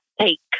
take